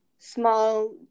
small